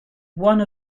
one